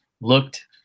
looked